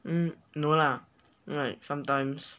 mm no lah mm like sometimes